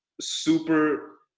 super